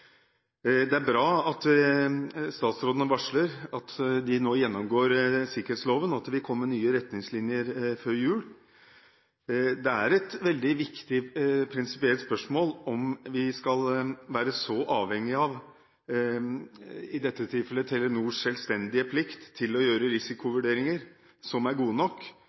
Det er bra at statsrådene varsler at de nå gjennomgår sikkerhetsloven, og at det vil komme nye retningslinjer før jul. Det er et veldig viktig prinsipielt spørsmål om vi skal være så avhengige av – i dette tilfellet – Telenors selvstendige plikt til å gjøre risikovurderinger som er gode nok